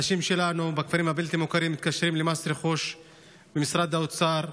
אנשים שלנו בכפרים הבלתי-מוכרים מתקשרים למס רכוש במשרד האוצר,